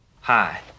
Hi